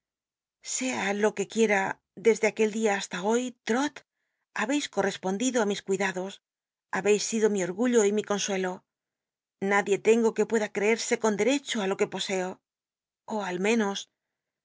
sea lo que quiera desde aquel día hasta hoy i'jol habeis correspondido á mis cuidados ha beis sido mi orgullo y mi consuelo nadie tengo que pueda crccsc con derecho ü lo que poseo ó al menos